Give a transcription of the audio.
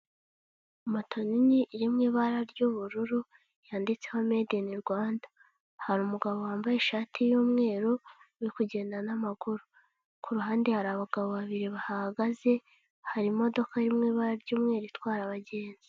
Moto nini iri mu ibara ry'ubururu yanditseho medi ini Rwanda, hari umugabo wambaye ishati y'umweru uri kugenda n'amaguru. Ku ruhande hari abagabo babiri bahahagaze, hari imodoka iri mu ibara ry'umweru itwara abagenzi.